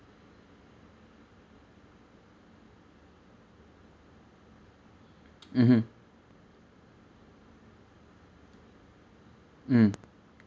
mmhmm mm